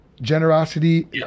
generosity